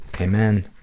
Amen